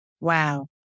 Wow